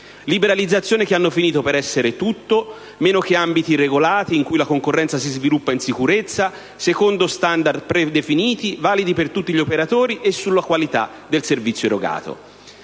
Liberalizzazioni che hanno finito per essere tutto, meno che ambiti regolati in cui la concorrenza si sviluppa in sicurezza, secondo standard predefiniti, validi per tutti gli operatori e sulla qualità del servizio erogato.